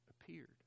appeared